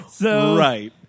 Right